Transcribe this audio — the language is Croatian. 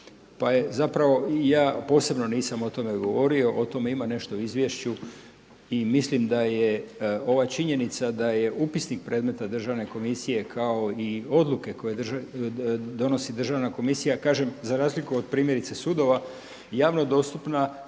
pa je zapravo, ja posebno nisam o tome govorio. O tome ima nešto u izvješću i mislim da je ova činjenica da je upisnik predmeta Državne komisije kao i odluke koje donosi Državna komisija kažem za razliku od primjerice sudova javno dostupna